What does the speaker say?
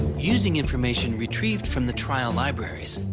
using information retrieved from the trial libraries,